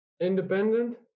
independent